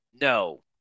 No